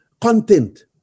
content